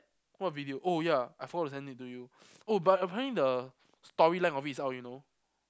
what video oh ya I forgot to send it to you oh but I find the storyline out you know